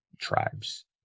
tribes